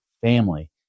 family